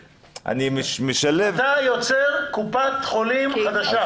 אתה יוצר קופת חולים ניידת חדשה.